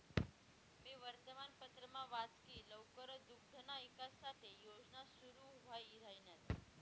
मी वर्तमानपत्रमा वाच की लवकरच दुग्धना ईकास साठे योजना सुरू व्हाई राहिन्यात